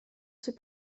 ses